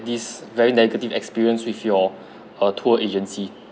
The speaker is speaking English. this very negative experience with your err tour agency